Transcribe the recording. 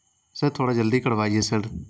سر تھوڑا جلدی کروائیے سر